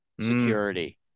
security